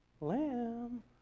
Lamb